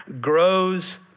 grows